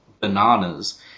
bananas